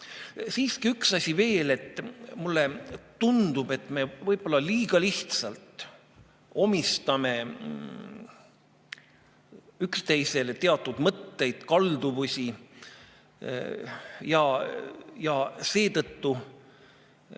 üks asi veel. Mulle tundub, et me võib-olla liiga lihtsalt omistame üksteisele teatud mõtteid, kalduvusi, ja seetõttu